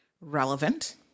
relevant